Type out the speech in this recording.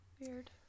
weird